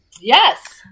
Yes